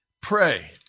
pray